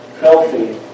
healthy